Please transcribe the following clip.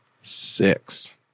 six